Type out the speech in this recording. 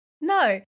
No